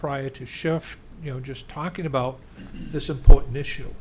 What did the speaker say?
prior to show you know just talking about this important issue